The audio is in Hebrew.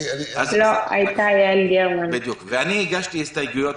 אני הגשתי הסתייגויות,